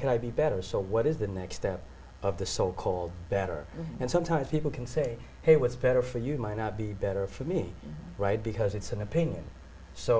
can i be better so what is the next step of the so called better and sometimes people can say hey what's better for you might not be better for me right because it's an opinion so